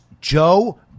Joe